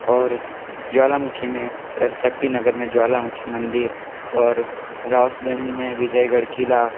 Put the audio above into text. और ज्वालामुखी में शक्ति नगर में ज्वालामुखी मंदिर और रावउसगंज में विजयगढ़ किला